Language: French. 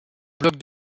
bloc